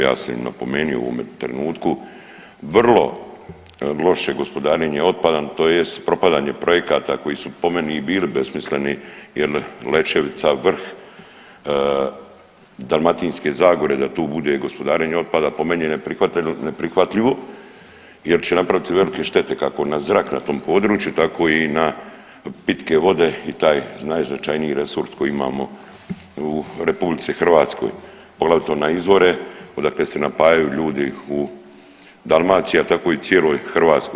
Ja sam i napomenuo u ovome trenutku vrlo loše gospodarenje otpadom, tj. propadanje projekata koji su po meni i bili besmisleni jer Lećevica vrh Dalmatinske zagore da tu bude gospodarenje otpadom meni je neprihvatljivo jer će napraviti velike štete na zrak kako na tom području tako i na pitke vode i taj najznačajniji resurs koji imamo u Republici Hrvatskoj poglavito na izvore odakle se napajaju ljudi u Dalmaciji, a tako i u cijeloj Hrvatskoj.